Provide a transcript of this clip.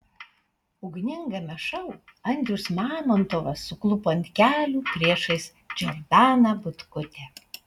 ugningame šou andrius mamontovas suklupo ant kelių priešais džordaną butkutę